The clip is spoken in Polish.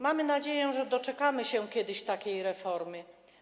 Mamy nadzieję, że doczekamy się kiedyś takiej reformy.